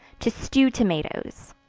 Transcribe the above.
to stew tomatoes.